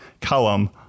column